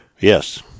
Yes